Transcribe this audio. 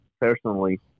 personally